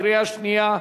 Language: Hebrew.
קריאה שנייה.